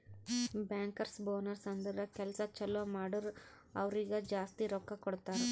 bankers bonus ಅಂದುರ್ ಕೆಲ್ಸಾ ಛಲೋ ಮಾಡುರ್ ಅವ್ರಿಗ ಜಾಸ್ತಿ ರೊಕ್ಕಾ ಕೊಡ್ತಾರ್